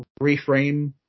reframe